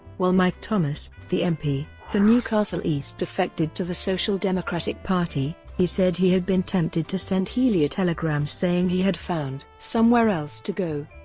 mike thomas, the mp for newcastle east defected to the social democratic party, he said he had been tempted to send healey a telegram saying he had found somewhere else to go.